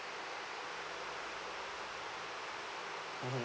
mmhmm